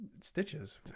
stitches